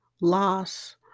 loss